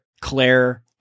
Claire